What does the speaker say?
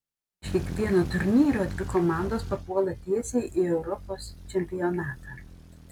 iš kiekvieno turnyro dvi komandos papuola tiesiai į europos čempionatą